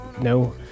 no